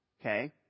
Okay